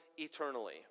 Eternally